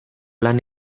lan